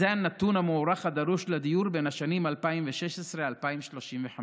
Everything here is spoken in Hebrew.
שאליהן נכנסו לפני 20 30 שנה, וכיום,